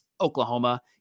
Oklahoma